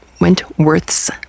Wentworth's